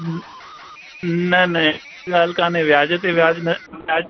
न न हेॾी ॻाल्हि काने वियाज ते वियाज न वियाज